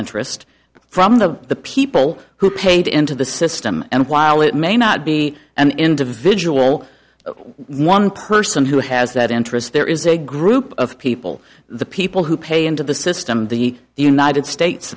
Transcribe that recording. interest from the the people who paid into the system and while it may not be an individual one person who has that interest there is a group of people the people who pay into the system the united states